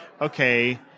okay